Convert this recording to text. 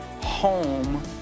home